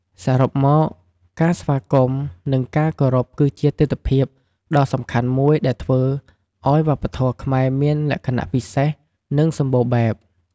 សរុបមក ការស្វាគមន៍ និងការគោរពគឺជាទិដ្ឋភាពដ៏សំខាន់មួយដែលធ្វើឱ្យវប្បធម៌ខ្មែរមានលក្ខណៈពិសេស និងសម្បូរបែប។